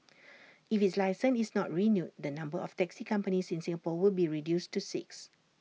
if its licence is not renewed the number of taxi companies in Singapore will be reduced to six